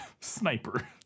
sniper